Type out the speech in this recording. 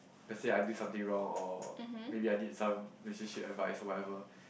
let say I did something wrong or maybe I need some relationship advice whatever